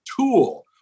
tool